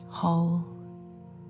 whole